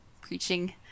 preaching